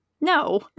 no